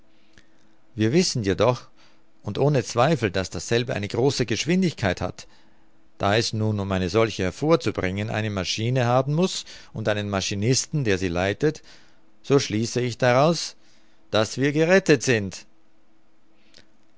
wir wissen jedoch und ohne zweifel daß dasselbe eine große geschwindigkeit hat da es nun um eine solche hervorzubringen eine maschine haben muß und einen maschinisten der sie leitet so schließe ich daraus daß wir gerettet sind